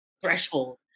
threshold